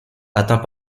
atteint